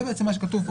זה בעצם מה שכתוב פה.